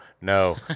no